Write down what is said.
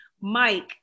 Mike